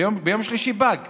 ביום שלישי הבא זה פג.